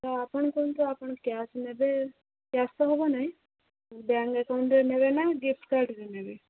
ତ ଆପଣ କୁହନ୍ତୁ ଆପଣ କ୍ୟାସ୍ ନେବେ କ୍ୟାସ୍ ତ ହେବ ନାହିଁ ବ୍ୟାଙ୍କ୍ ଆକାଉଣ୍ଟ୍ରେ ନେବେ ନା ଗିଫ୍ଟ୍ କାର୍ଡ଼ରେ ନେବେ